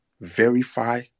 Verify